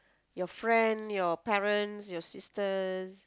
your friend your parents your sisters